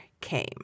Came